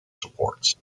supports